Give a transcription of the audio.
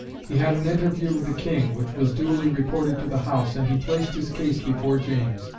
he had an interview with the king, which was duly reported to the house, and he placed his case before james,